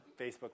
Facebook